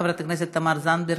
חברת הכנסת תמר זנדברג,